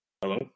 hello